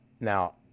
Now